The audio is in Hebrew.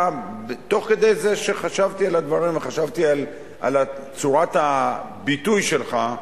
תוך כדי זה שחשבתי על הדברים וחשבתי על צורת הביטוי שלך,